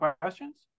questions